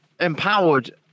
empowered